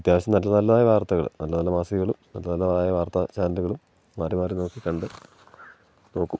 അത്യാവശ്യം നല്ല നല്ലതായ വാർത്തകൾ നല്ല നല്ല മാസികകളും നല്ല നല്ലതായ വാർത്താച്ചാനലുകളും മാറി മാറി നോക്കിക്കണ്ട് നോക്കും